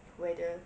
whether